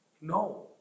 No